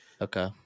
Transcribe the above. Okay